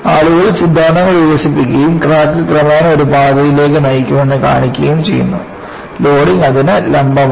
ആളുകൾ സിദ്ധാന്തങ്ങൾ വികസിപ്പിക്കുകയും ക്രാക്ക് ക്രമേണ ഒരു പാതയിലേക്ക് നയിക്കുമെന്ന് കാണിക്കുകയും ചെയ്യുന്നു ലോഡിംഗ് അതിന് ലംബമാണ്